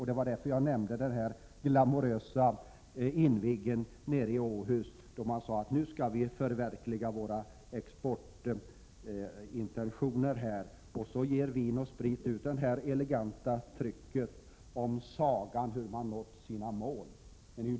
Det var därför jag nämnde den här glamorösa invigningen i Århus, där det sades att man nu skulle förverkliga sina exportintentioner. Och så ger Vin & Sprit ut det här eleganta trycket om sagan om hur man nått sina mål.